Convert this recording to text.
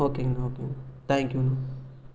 ஓகேங்கண்ணா ஓகேங்கண்ணா தேங்க்யூங்கண்ணா